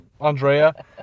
Andrea